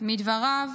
מדבריו